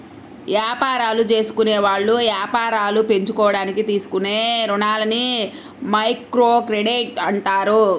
యాపారాలు జేసుకునేవాళ్ళు యాపారాలు పెంచుకోడానికి తీసుకునే రుణాలని మైక్రోక్రెడిట్ అంటారు